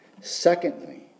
Secondly